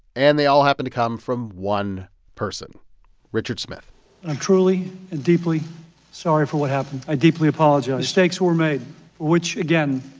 and they all happened to come from one person richard smith i'm truly and deeply sorry for what happened. i deeply apologize mistakes were made which, again,